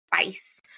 spice